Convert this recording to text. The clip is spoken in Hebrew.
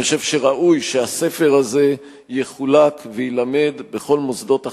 אני חושב שראוי שהספר הזה יחולק ויילמד בכל מוסדות החינוך,